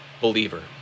believer